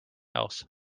else